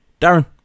Darren